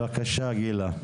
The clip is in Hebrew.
בבקשה גילה.